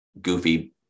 goofy